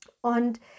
Und